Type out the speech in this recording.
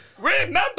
Remember